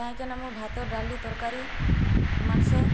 କାହିଁକିନା ମୁଁ ଭାତ ଡାଲି ତରକାରୀ ମାଂସ